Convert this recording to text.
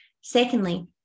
Secondly